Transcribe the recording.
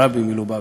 הרבי מלובביץ'.